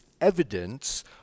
evidence